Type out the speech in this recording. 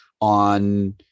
on